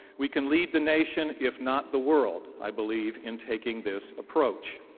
we can lead the nation, if not the world, i believe in taking this approach.